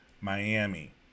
Miami